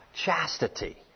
chastity